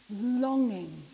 longing